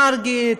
מרגי,